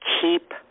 Keep